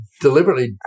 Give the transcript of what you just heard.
deliberately